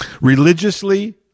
Religiously